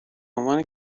عنوان